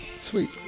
Sweet